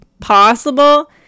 possible